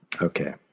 Okay